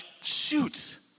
shoot